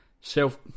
self